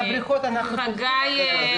על הבריכות אנחנו חוזרים עכשיו?